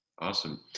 awesome